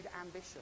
ambition